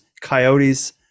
coyotes